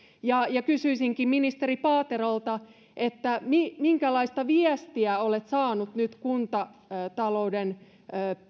kysyisinkin ministeri paaterolta minkälaista viestiä olet saanut kuntatalouden